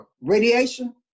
radiation